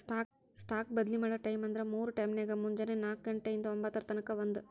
stock ಬದ್ಲಿ ಮಾಡೊ ಟೈಮ್ವ್ಂದ್ರ ಮೂರ್ ಟೈಮ್ನ್ಯಾಗ, ಮುಂಜೆನೆ ನಾಕ ಘಂಟೆ ಇಂದಾ ಒಂಭತ್ತರ ತನಕಾ ಒಂದ್